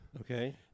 okay